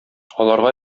аларга